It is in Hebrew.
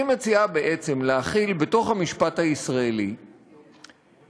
היא מציעה בעצם להחיל בתוך המשפט הישראלי נורמות,